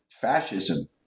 fascism